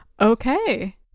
Okay